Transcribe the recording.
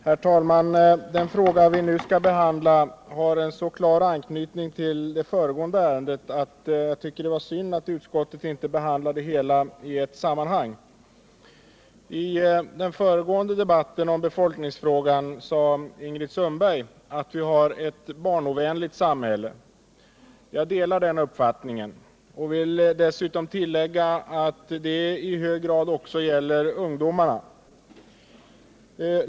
Herr talman! Den fråga vi nu skall behandla har en så klar anknytning till det föregående ärendet att jag tycker det är synd att utskottet inte behandlade det hela i ett sammanhang. I den föregående debatten om befolkningsfrågan sade Ingrid Sundberg att vi har ett barnovänligt samhälle. Jag delar den uppfattningen och vill tillägga att detta inte bara gäller barnen utan att det i hög grad också gäller ungdomarna.